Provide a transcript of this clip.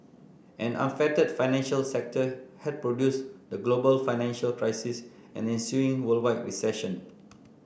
an unfettered financial sector had produced the global financial crisis and ensuing worldwide recession